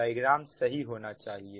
diagram सही होना चाहिए